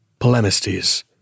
Polemistes